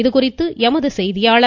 இதுகுறித்து எமது செய்தியாளர்